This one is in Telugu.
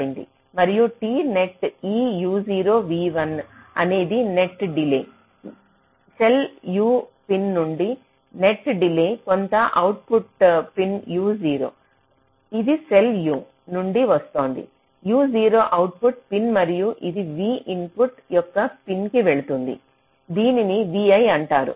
మరియు T net e u0 v1 అనేది net delay cell u pin నుండి నెట్ డిలే కొంత అవుట్పుట్ పిన్ u0 ఇది సెల్ u నుండి వస్తోంది u0 అవుట్పుట్ పిన్ మరియు ఇది v ఇన్పుట్ యొక్క పిన్ కి వెళుతుంది దీనిని vi అంటారు